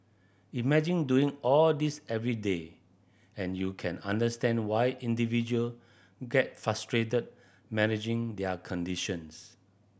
imagine doing all this every day and you can understand why individual get frustrated managing their conditions